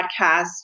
podcast